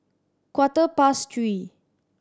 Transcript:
quarter past three